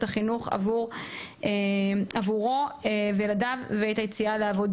החינוך עבורו וילדיו ואת היציאה לעבודה.